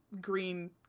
green